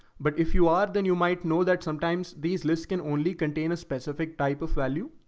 but if you are, then you might know that sometimes these lists can only contain a specific type of value,